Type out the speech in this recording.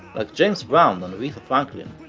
like james brown and aretha franklin,